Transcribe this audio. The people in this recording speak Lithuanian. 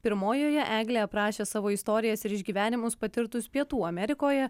pirmojoje eglė aprašė savo istorijas ir išgyvenimus patirtus pietų amerikoje